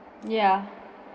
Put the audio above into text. ya